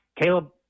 Caleb